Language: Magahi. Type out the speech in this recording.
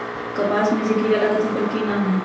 कपास में जे किरा लागत है ओकर कि नाम है?